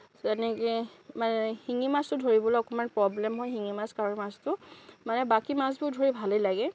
তেনেকে মানে শিঙি মাছটো ধৰিবলে অকণমান প্ৰব্লেম হয় শিঙি মাছ কাৱৈ মাছটো মানে বাকী মাছবোৰ ধৰি ভালেই লাগে